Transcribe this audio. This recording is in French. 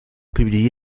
publié